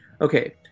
okay